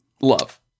Love